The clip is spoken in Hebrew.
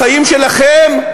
שהחיים שלכם,